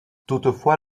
toutefois